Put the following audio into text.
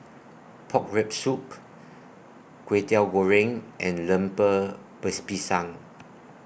Pork Rib Soup Kway Teow Goreng and Lemper Base Pisang